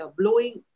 blowing